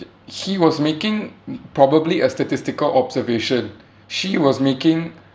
he was making probably a statistical observation she was making